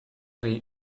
sarri